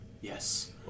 Yes